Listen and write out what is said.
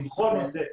לבחון את זה,